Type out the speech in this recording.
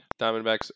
Diamondbacks